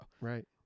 Right